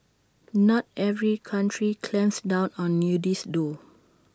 not every country clamps down on nudists though